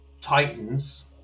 titans